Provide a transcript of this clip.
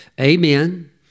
Amen